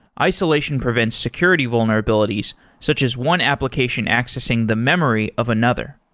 isolation prevents security vulnerabilities, such as one application accessing the memory of another.